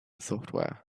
software